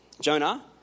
Jonah